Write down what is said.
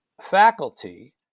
faculty